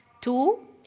Two